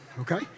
okay